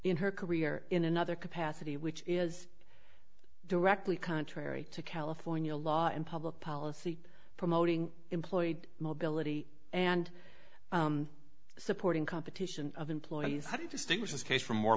in her career in another capacity which is directly contrary to california law and public policy promoting employed mobility and supporting competition of employees how do you distinguish this case from more